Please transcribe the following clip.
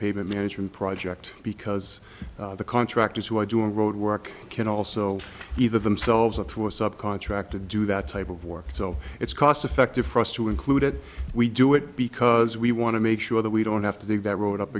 pavement management project because the contractors who are doing road work can also either themselves or through a sub contractor do that type of work so it's cost effective for us to include it we do it because we want to make sure that we don't have to dig that road up